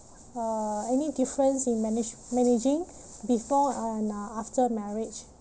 uh any difference in manage managing before and uh after marriage